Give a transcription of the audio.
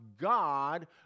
God